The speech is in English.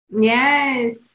Yes